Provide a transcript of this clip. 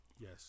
Yes